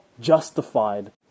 justified